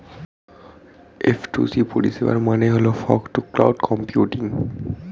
F two C পরিষেবার মানে হল ফগ টু ক্লাউড কম্পিউটিং